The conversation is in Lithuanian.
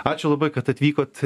ačiū labai kad atvykot